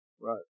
Right